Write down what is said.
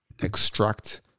extract